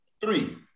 three